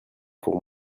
pour